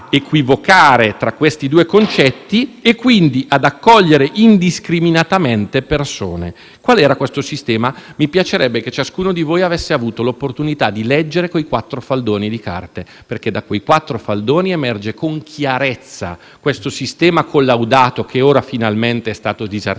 Qual era questo sistema? Mi piacerebbe che ciascuno di voi avesse avuto l'opportunità di leggere quei quattro faldoni di carte, perché da quei quattro faldoni emerge con chiarezza questo sistema collaudato, che ora finalmente è stato disarticolato, per cui queste persone venivano caricate su barconi malsicuri che nessuna autorità